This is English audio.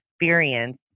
experience